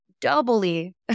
doubly